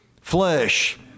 flesh